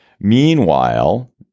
Meanwhile